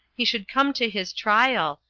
he should come to his trial,